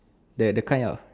the the kind of